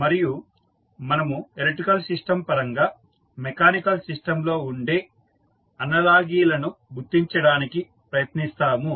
మరియు మనము electrical system పరంగా మెకానికల్ సిస్టంలో ఉండే అనాలజీలను గుర్తించడానికి ప్రయత్నిస్తాము